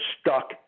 stuck